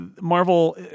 marvel